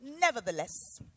nevertheless